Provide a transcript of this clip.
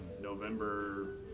November